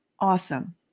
awesome